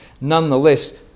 Nonetheless